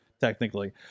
technically